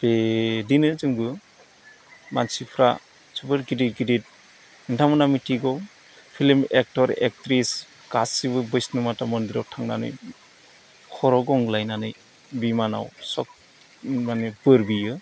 बिदिनो जोंबो मानसिफ्रा जोबोर गिदिर गिदिर नोंथांमोनहा मिथिगौ फिल्म एक्टर एक्ट्रिस गासैबो बैस्न' माथा मन्दिराव थांनानै खर' गंग्लायनानै बिमानाव सब माने बोर बियो